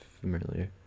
familiar